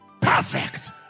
perfect